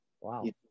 Wow